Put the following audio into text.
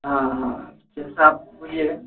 हाँ हाँ जैसा आप बोलिएगा